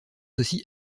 aussi